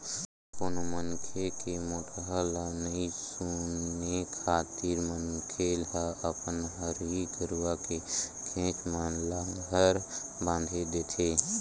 कोनो मनखे के मोठ्ठा ल नइ सुने खातिर मनखे ह अपन हरही गरुवा के घेंच म लांहगर बांधे देथे